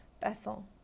Bethel